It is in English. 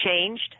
changed